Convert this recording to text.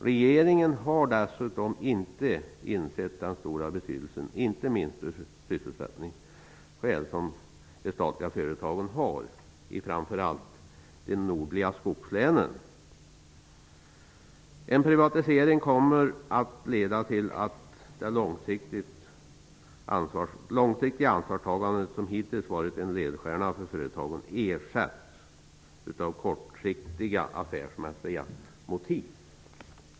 Regeringen har dessutom inte insett den stora betydelse, inte minst från sysselsättningssynpunkt, som de statliga företagen har i framför allt de nordliga skogslänen. En privatisering kommer att leda till att det långsiktiga ansvarstagandet som hittills varit en ledstjärna för företagen ersätts av kortsiktiga affärsmässiga motiv.